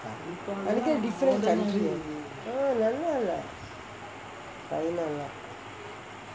நெனைக்கிறேன்:nenaikkiren different country ah நல்லாலே தைலம் லாம்:nallalae thailam laam